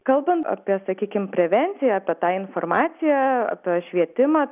kalbant apie sakykim prevenciją apie tą informaciją apie švietimą